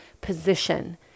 position